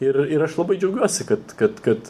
ir ir aš labai džiaugiuosi kad kad kad